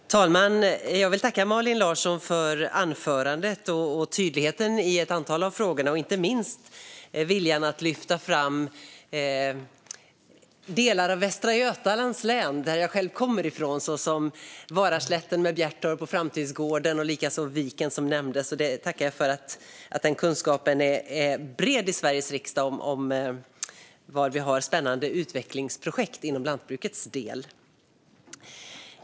Fru talman! Jag vill tacka Malin Larsson för anförandet och tydligheten i ett antal av frågorna och inte minst viljan att lyfta fram delar av Västra Götalands län, som jag själv kommer ifrån, såsom Varaslätten med Framtidsgården Bjertorp och likaså Viken, som nämndes. Jag tackar för den breda kunskapen i Sveriges riksdag om var vi har spännande utvecklingsprojekt för lantbrukets del.